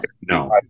No